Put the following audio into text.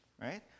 right